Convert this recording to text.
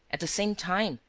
at the same time,